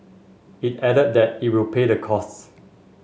it added that it will pay the costs